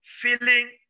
feeling